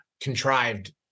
contrived